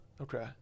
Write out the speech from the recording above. Okay